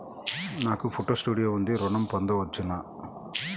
నాకు photo studio ఉంది ఋణం పొంద వచ్చునా?